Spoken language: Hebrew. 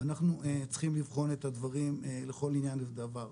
אנחנו צריכים לבחון את הדברים לכל ענין ודבר.